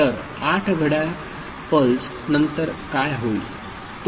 तर 8 घड्याळ पल्स नंतर काय होईल